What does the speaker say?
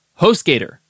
HostGator